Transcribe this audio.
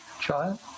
child